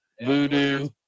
voodoo